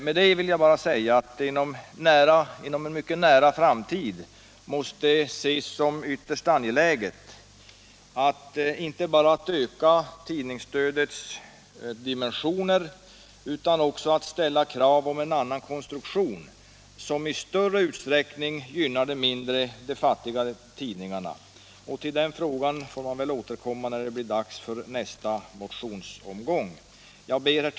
Med det vill jag bara säga att det inom en mycket nära framtid måste ses som ytterst angeläget inte bara att öka tidningsstödets dimensioner 39 utan också att ställa krav om en annan konstruktion, som i större ut sträckning gynnar de mindre och fattigare tidningarna. Till den frågan får jag väl återkomma när det blir dags för nästa motionsomgång. Herr talman!